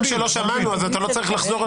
ברוך השם שלא שמענו, אז אתה לא צריך לחזור על זה?